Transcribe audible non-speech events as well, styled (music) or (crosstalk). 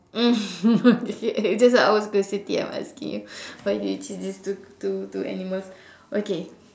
(laughs) that was what I was going to say instead of asking you why do you choose these two two two animals okay